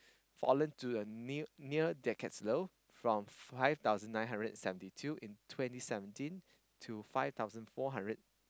fallen to a new near decades low from five thousand nine hundred and seventy two in twenty seventeen to five thousand four hundred